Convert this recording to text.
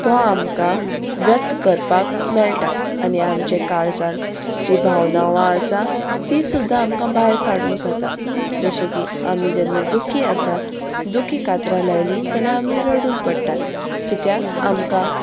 तो आमकां व्यक्त करपाक मेळटा आनी आमचे काळजान जीं भावना आसा तीं सुद्दां आमकां भायर काडूंक जाता जशें की आमी जेन्ना दुखी आसा दुखी कातरां लायली जाल्यार आमी रडून पडटात कित्याक आमकां